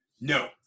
No